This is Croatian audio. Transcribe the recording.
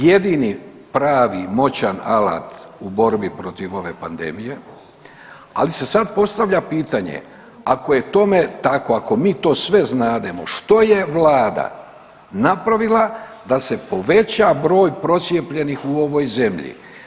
Jedini pravi moćan alat u borbi protiv ove pandemije, ali se sad postavlja pitanje ako je tome tako, ako mi to sve znademo što je Vlada napravila da se poveća broj procijepljenih u ovoj zemlji.